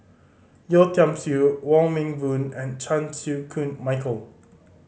Yeo Tiam Siew Wong Meng Voon and Chan Chew Koon Michael